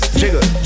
jiggle